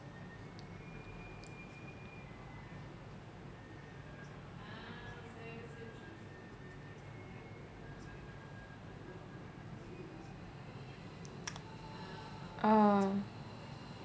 oh